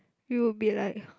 we will be like